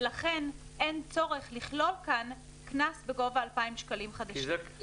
ולכן אין צורך לכלול כאן קנס בגובה 2,000 שקלים חדשים.